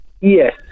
Yes